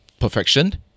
perfection